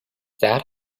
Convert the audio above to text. that